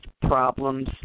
problems